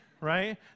Right